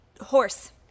Horse